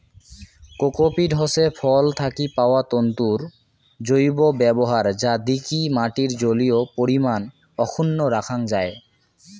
cocopeat হসে ফল থাকি পাওয়া তন্তুর জৈব ব্যবহার যা দিকি মাটির জলীয় পরিমান অক্ষুন্ন রাখাং যাই